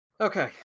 Okay